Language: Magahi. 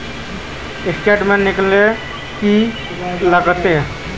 स्टेटमेंट निकले ले की लगते है?